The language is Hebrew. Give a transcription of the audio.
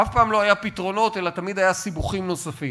אף פעם לא היה פתרונות אלא תמיד היה סיבוכים נוספים.